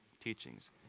teachings